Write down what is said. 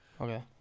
Okay